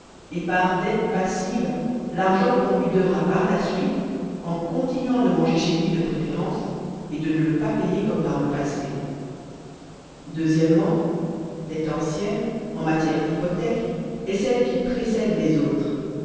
et par dette passive l'argent qu'on lui devra par la suite en continuant de manger chez lui de préférence et de ne le pas payer comme par le passé o dette ancienne en matières d'hypothèque est celle qui précède les autres